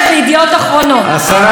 בסדר, אבל את מדברת עוד דקה.